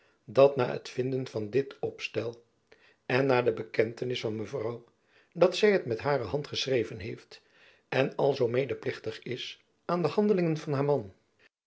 dat na het vinden van dit opstel en jacob van lennep elizabeth musch na de bekentenis van mevrouw dat zy het met hare hand geschreven heeft en alzoo medeplichtig is aan de handelingen van haar man